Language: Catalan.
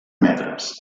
metres